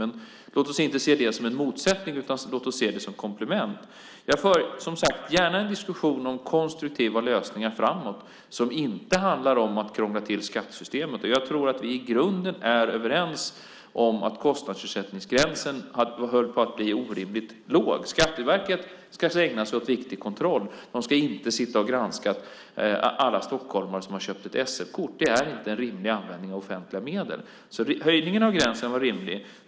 Men låt oss inte se det som en motsättning utan låt oss se det som komplement. Jag för som sagt gärna en diskussion om konstruktiva lösningar framåt som inte handlar om att krångla till skattesystemet. Jag tror att vi i grunden är överens om att kostnadsersättningsgränsen höll på att bli orimligt låg. Skatteverket ska ägna sig åt viktig kontroll. De ska inte granska alla stockholmare som har köpt ett SL-kort. Det är inte en rimlig användning av offentliga medel. Höjningen av gränsen var rimlig.